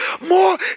more